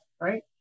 right